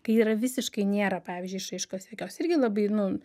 kai yra visiškai nėra pavyzdžiui išraiškos jokios irgi labai nu